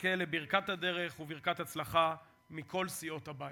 יזכה לברכת הדרך ולברכת הצלחה מכל סיעות הבית.